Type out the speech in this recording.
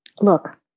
look